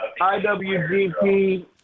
IWGP